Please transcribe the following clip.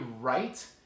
right